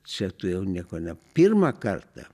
čia tu jau nieko ne pirmą kartą